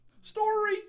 story